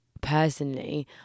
personally